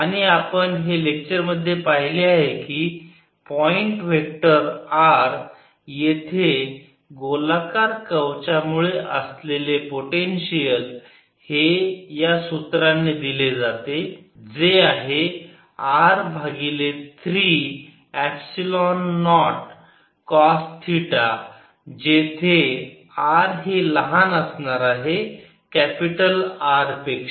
आणि आपण हे लेक्चर मध्ये पाहिले आहे की पॉईंट वेक्टर r येथे गोलाकार कवचामुळे असलेले पोटेन्शियल हे या सूत्राने दिले जाते जे आहे r भागिले 3 एपसिलोन नॉट कॉस थिटा जेथे r हे लहान असणार आहे कॅपिटल R पेक्षा